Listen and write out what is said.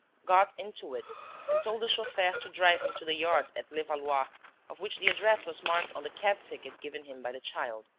got into it and told the chauffeur to drive him to the yard at levallois of which the address was marked on the cab-ticket given him by the child.